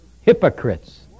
hypocrites